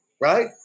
Right